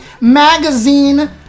magazine